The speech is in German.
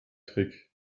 trick